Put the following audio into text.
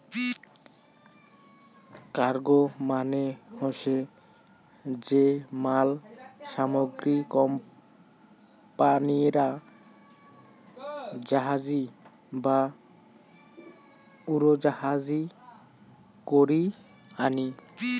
cargo মানে হসে যে মাল সামগ্রী কোম্পানিরা জাহাজী বা উড়োজাহাজী করি আনি